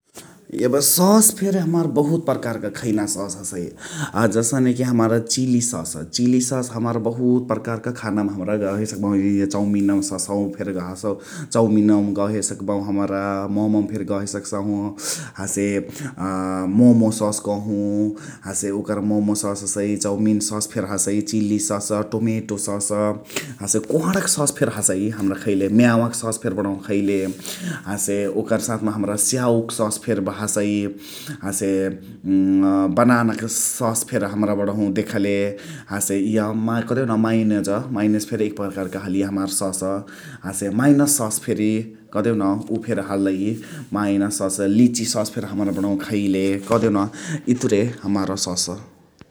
एबे सस फेरी हमार बहुत परकारक खैना सस हसइ । अ हसने कि हमार चिली सस, चिली ससा हमार बहुत परकारक खाना मा गहे सकबाहु इअ चौमिन ससवा फेरी गहसाहु । चौमिनवमा गहे सकबाहु हमरा । मम मा फेरी गहे सकसाहु हसे अ मम ससा कहु । हसे ओकर मम ससा हसइ, चौमिन ससा फेरी हसइ, चिल्ली सस, टोमेटो सस, हसे कोहणक ससा फेरी हसइ हमरा खैले । म्यावाक ससा फेरी बणहु खैले । हसे ओकर साथ मा हमरा स्याउक सस फेरी हसइ । हसे बनानाक सस फेरी हमरा बणहु देखले । हसे इअ कदेउन माइनुज माइनुज फेरी हलिय एक परकारक सस । हसे माइन्स सस फेरी कदेउन उ फेरी हलइ । माइनस सस, लिची सस समरा बणहु खैले । कदेउन इतुरे हमार सस ।